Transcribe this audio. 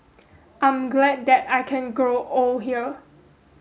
I'm glad that I can grow old here